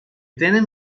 tenen